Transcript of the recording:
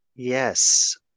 Yes